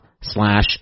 slash